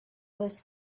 was